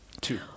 two